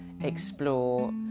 explore